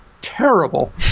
terrible